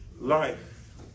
life